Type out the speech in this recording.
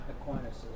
Aquinas